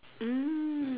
mm